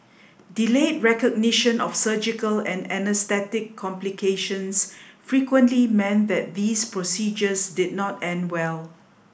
delayed recognition of surgical and anaesthetic complications frequently meant that these procedures did not end well